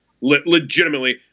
Legitimately